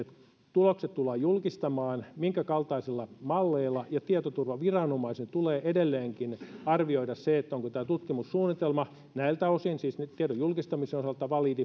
tulokset tullaan julkistamaan minkä kaltaisilla malleilla ja tietoturvaviranomaisen tulee edelleenkin arvioida se onko tämä tutkimussuunnitelma näiltä osin siis tiedon julkistamisen osalta validi